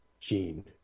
gene